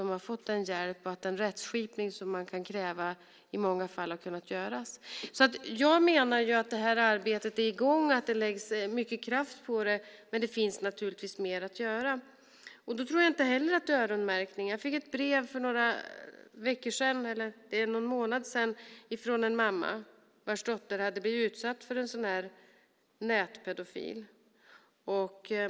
De har fått hjälp, och den rättskipning som man kan kräva i många fall har kunnat göras. Jag menar alltså att arbetet är i gång och att det läggs ned mycket kraft på det. Men naturligtvis finns det mer att göra. Jag fick för ungefär en månad sedan ett brev från en mamma vars dotter hade blivit utsatt för en nätpedofil.